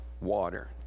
water